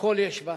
הכול יש בה.